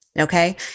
Okay